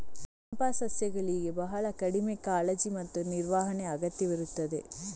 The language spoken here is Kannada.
ಚಂಪಾ ಸಸ್ಯಗಳಿಗೆ ಬಹಳ ಕಡಿಮೆ ಕಾಳಜಿ ಮತ್ತು ನಿರ್ವಹಣೆ ಅಗತ್ಯವಿರುತ್ತದೆ